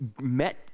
met